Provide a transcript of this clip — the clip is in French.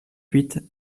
huit